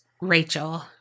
Rachel